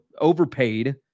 overpaid